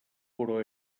però